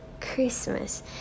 Christmas